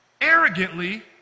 arrogantly